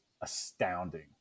astounding